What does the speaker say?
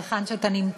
היכן שאתה נמצא,